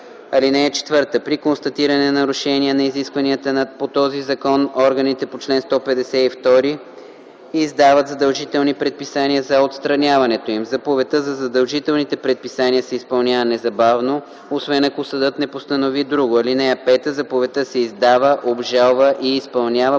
(4) При констатиране на нарушения на изискванията по този закон органите по чл. 152 издават задължителни предписания за отстраняването им. Заповедта за задължителните предписания се изпълнява незабавно, освен ако съдът не постанови друго. (5) Заповедта се издава, обжалва и изпълнява